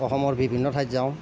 অসমৰ বিভিন্ন ঠাইত যাওঁ